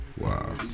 Wow